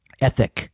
ethic